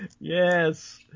Yes